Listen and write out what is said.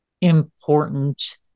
important